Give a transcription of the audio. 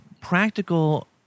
practical